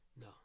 No